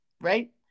Right